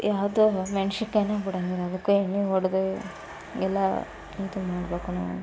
ಯಾವುದು ಮೆಣ್ಸಿನಕಾಯನ್ನೆ ಬಿಡೋಂಗಿಲ್ಲ ಅದಕ್ಕೂ ಎಣ್ಣೆ ಹೊಡೆದು ಎಲ್ಲಇದು ಮಾಡಬೇಕು ನಾವು